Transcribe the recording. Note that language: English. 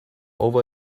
over